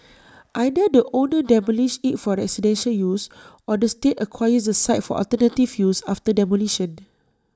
either the owner demolishes IT for residential use or the state acquires the site for alternative use after demolition